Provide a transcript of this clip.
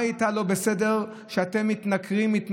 מה היא הייתה לא בסדר שאתם מתנכרים, מתנכלים,